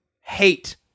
hate